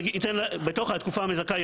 בתוך התקופה המזכה,